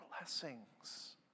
blessings